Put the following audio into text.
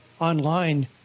online